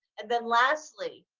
and then lastly,